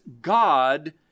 God